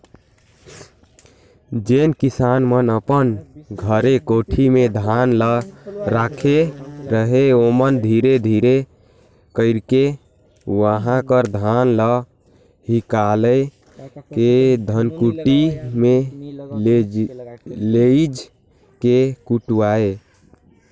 जेन किसान मन अपन घरे कोठी में धान ल राखे रहें ओमन धीरे धीरे कइरके उहां कर धान ल हिंकाएल के धनकुट्टी में लेइज के कुटवाएं